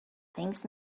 things